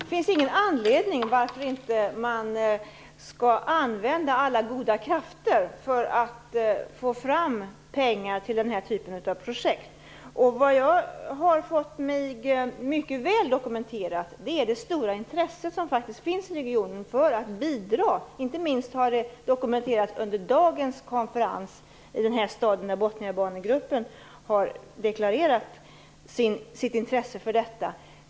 Fru talman! Det finns ingen anledning till att man inte skall använda alla goda krafter för att få fram pengar till den här typen av projekt. Jag har fått mig mycket väl dokumenterat det stora intresse som faktiskt finns i regionen av att bidra till detta. Inte minst har detta dokumenterats under dagens konferens i den stad där Botniabanegruppen har deklarerat sitt intresse för detta.